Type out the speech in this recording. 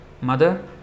Mother